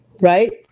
right